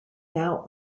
now